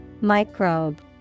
Microbe